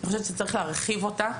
אני חושבת שצריך להרחיב אותה,